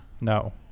No